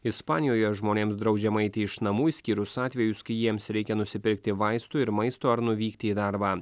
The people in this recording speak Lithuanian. ispanijoje žmonėms draudžiama eiti iš namų išskyrus atvejus kai jiems reikia nusipirkti vaistų ir maisto ar nuvykti į darbą